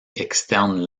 externe